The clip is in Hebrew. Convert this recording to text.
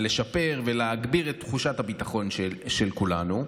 לשפר ולהגביר את תחושת הביטחון של כולנו,